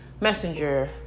messenger